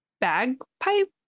bagpipe